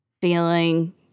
feeling